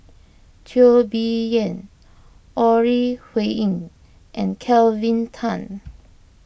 Teo Bee Yen Ore Huiying and Kelvin Tan